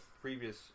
previous